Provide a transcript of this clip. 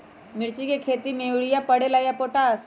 मिर्ची के खेती में यूरिया परेला या पोटाश?